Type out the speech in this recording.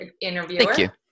interviewer